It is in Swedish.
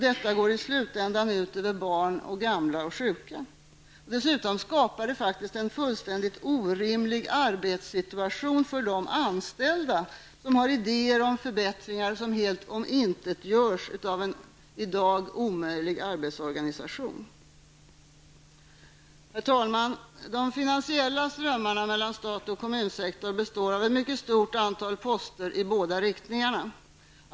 Detta går i slutänden ut över barn, gamla och sjuka. Dessutom skapar den en orimlig arbetssituation för de anställda som har idéer om förbättringar, vilka helt omintetgörs av en i dag omöjlig arbetsorganisation. Herr talman! De finansiella strömmarna mellan stat och kommunsektor består av ett stort antal poster i båda riktningarna.